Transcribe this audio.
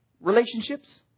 Relationships